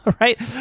Right